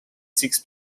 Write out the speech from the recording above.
six